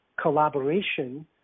collaboration